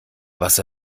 was